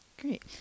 Great